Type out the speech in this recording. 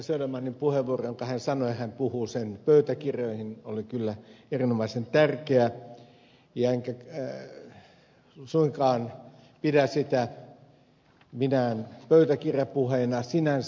södermanin puheenvuoro josta hän sanoi että hän puhuu sen pöytäkirjoihin oli kyllä erinomaisen tärkeä enkä suinkaan pidä sitä minään pöytäkirjapuheena sinänsä